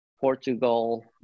Portugal